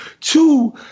Two